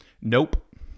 Nope